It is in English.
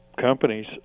companies